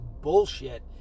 bullshit